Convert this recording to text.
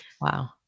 wow